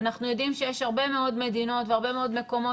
אנחנו יודעים שיש הרבה מאוד מדינות והרבה מאוד מקומות